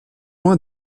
loin